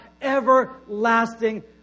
everlasting